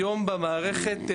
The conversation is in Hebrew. היום במערכת,